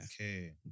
Okay